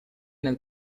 nel